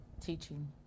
teaching